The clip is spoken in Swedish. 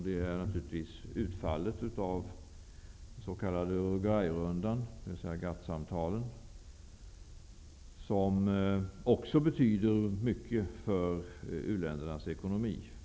Dit hör naturligtvis utfallet av den s.k. Uruguayrundan, dvs. GATT-samtalen, som också betyder mycket för u-ländernas ekonomi.